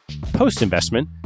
Post-investment